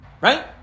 Right